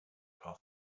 path